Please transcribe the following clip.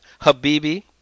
Habibi